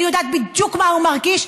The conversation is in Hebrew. אני יודעת בדיוק מה הוא מרגיש,